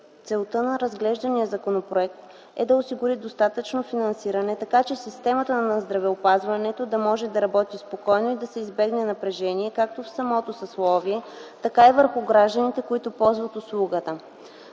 целта на разглеждания законопроект е да осигури достатъчно финансиране, така че системата на здравеопазването да може да работи спокойно и да се избегне напрежение както в самото съсловие, така и върху гражданите, които ползват услугата.